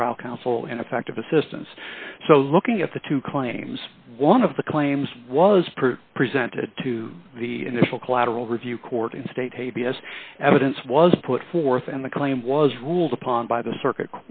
of trial counsel ineffective assistance so looking at the two claims one of the claims was presented to the initial collateral review court and state tavi as evidence was put forth and the claim was ruled upon by the circuit